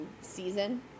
season